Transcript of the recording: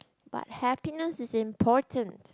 but happiness is important